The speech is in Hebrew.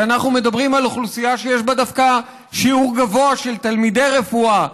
כי אנחנו מדברים על אוכלוסייה שיש בה דווקא שיעור גבוה של תלמידי רפואה,